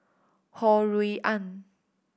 Ho Rui An